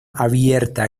abierta